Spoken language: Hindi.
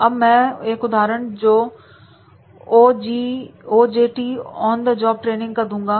अब मैं एक उदाहरण O J T on the job training का दूंगा